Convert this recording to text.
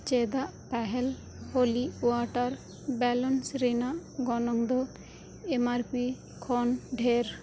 ᱪᱮᱫᱟᱜ ᱯᱟᱦᱟᱞ Holi water balloons ᱨᱮᱱᱟᱜ ᱜᱚᱱᱚᱝ ᱫᱚ ᱮᱢ ᱟᱨ ᱯᱤ ᱠᱷᱚᱱ ᱰᱷᱮᱨ